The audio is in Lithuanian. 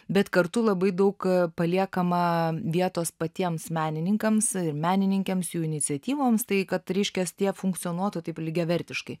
bet kartu labai daug paliekama vietos patiems menininkams ir menininkėms jų iniciatyvoms tai kad reiškias tie funkcionuotų taip lygiavertiškai